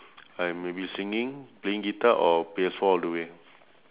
I may be singing playing guitar or P_S four all the way